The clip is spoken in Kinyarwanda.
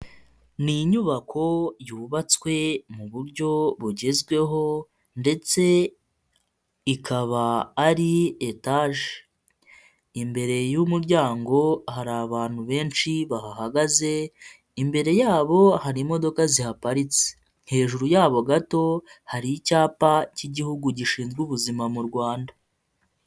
Ni inyubako yubatswe mu buryo bugezweho ndetse ikaba ari etaje, imbere y'umuryango hari abantu benshi bahahagaze imbere yabo hari imodoka zihaparitse, hejuru yabo gato hari icyapa cy'igihugu gishinzwe ubuzima mu Rwanda.